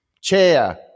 Chair